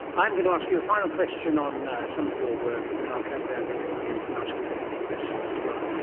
i'm going to ask you a final question on some of your work and then i'll come down in the audience and ask you to think of questions as well.